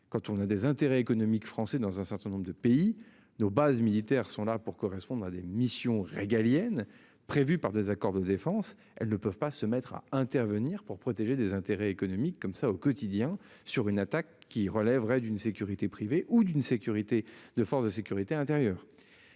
Quand on a des intérêts économiques français dans un certain nombre de pays nos bases militaires sont là pour correspondre à des missions régaliennes prévus par des accords de défense, elles ne peuvent pas se mettre à intervenir pour protéger des intérêts économiques comme ça au quotidien sur une attaque qui relèverait d'une sécurité privée ou d'une sécurité de forces de sécurité intérieure.